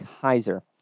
Kaiser